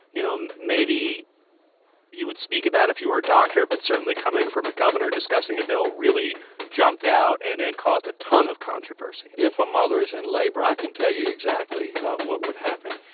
you know, maybe you would speak about if you were a doctor but certainly coming from a governor discussing a bill really jumped out and and caused a ton of controversy if a mother is in labor, i can tell you exactly what would happen.